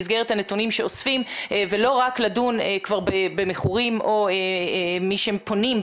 במסגרת הנתונים שאוספים ולא רק לדון במכורים או מי שפונים,